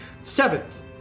Seventh